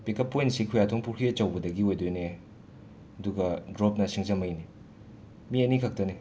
ꯄꯤꯛ up ꯄꯣꯏꯟꯁꯤ ꯈꯨꯌꯥꯊꯣꯡ ꯄꯨꯈ꯭ꯔꯤ ꯑꯆꯧꯕꯗꯒꯤ ꯑꯣꯏꯗꯣꯏꯅꯦ ꯑꯗꯨꯒ ꯗ꯭ꯔꯣꯞꯅ ꯁꯤꯡꯖꯃꯩꯅꯤ ꯃꯤ ꯑꯅꯤ ꯈꯛꯇꯅꯦ